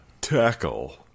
Tackle